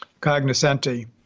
cognoscenti